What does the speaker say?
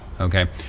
okay